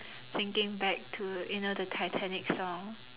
thinking back to you know the titanic song